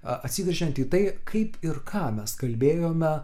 atsigręžiant į tai kaip ir ką mes kalbėjome